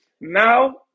now